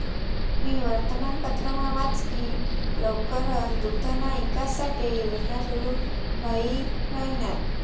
मी वर्तमानपत्रमा वाच की लवकरच दुग्धना ईकास साठे योजना सुरू व्हाई राहिन्यात